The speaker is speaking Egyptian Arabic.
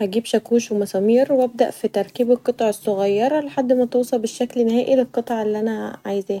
هجيب شاكوش و مسامير و أبدا في تركيب القطع الصغيره لحد ما توصل بالشكل النهائي للقطعه اللي أنا عايزاها.